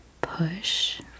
push